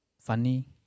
funny